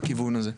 בכיוון הזה.